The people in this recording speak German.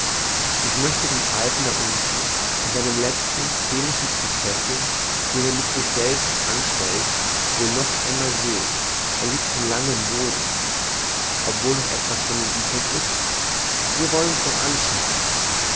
ich möchte den alten da unten in seinem lezten chemischen prozesse den er mit sich selbst anstellt wohl noch einmal sehen er liegt schon lange im boden ob wohl noch was von ihm übrig ist wir wollen's doch anschauen